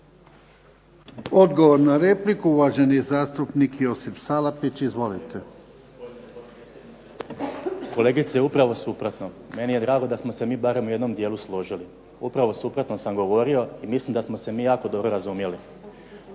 Odgovor na repliku, uvaženi zastupnik Josip Salapić. Izvolite. **Salapić, Josip (HDZ)** Kolegice upravo suprotno. Meni je drago da smo se mi barem u jednome dijelu složili. Upravo suprotno sam govorio i mislim da smo se mi jako dobro razumjeli.